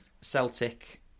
Celtic